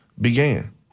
began